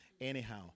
anyhow